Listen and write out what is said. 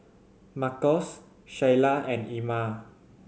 Marcos Sheyla and Ima